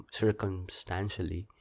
circumstantially